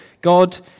God